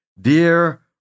Dear